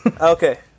okay